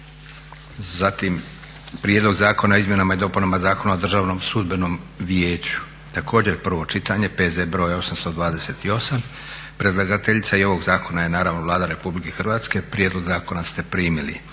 Zatim, - Prijedlog zakona o izmjenama i dopunama Zakona o Državnom sudbenom vijeću, prvo čitanje, P.Z. br. 828. Predlagateljica i ovog zakona je naravno Vlada RH. Prijedlog zakona ste primili.